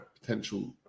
potential